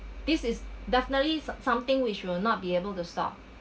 this is definitely som~ something which we'll not be able to stop